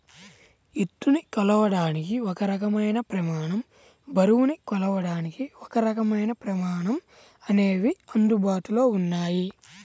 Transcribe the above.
ఎత్తుని కొలవడానికి ఒక రకమైన ప్రమాణం, బరువుని కొలవడానికి ఒకరకమైన ప్రమాణం అనేవి అందుబాటులో ఉన్నాయి